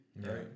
Right